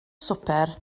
swper